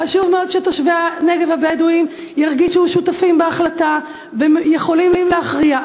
חשוב מאוד שתושבי הנגב הבדואים ירגישו שותפים בהחלטה ויכולים להכריע.